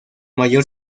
mayor